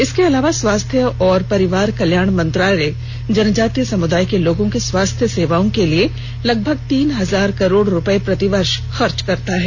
इसके अलावा स्वास्थ्य एवं परिवार कल्याण मंत्रालय जनजातीय समुदाय के लोगों की स्वास्थ्य सेवाओं के लिए लगभग तीन हजार करोड़ रुपये प्रति वर्ष खर्च करता है